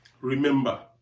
remember